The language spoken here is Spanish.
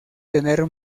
tener